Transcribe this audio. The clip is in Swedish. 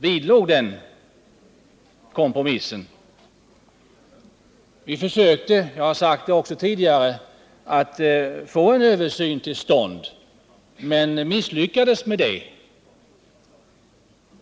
Vi försökte, vilket jag också sagt tidigare, få en översyn till stånd men misslyckades med det.